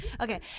Okay